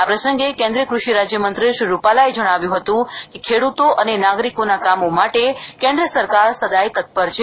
આ પ્રસંગે કેન્દ્રિય કૃષિ રાજ્યમંત્રી શ્રી રૂપાલાએ જણાવ્યું હતું કે ખેડૂતો અને નાગરીકોના કામો માટે કેન્દ્ર સરકાર સદાય તત્પર છે